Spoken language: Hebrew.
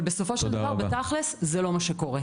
אבל בסופו של דבר בתכלס זה לא מה שקורה.